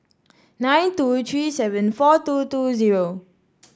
nine two three seven four two two zero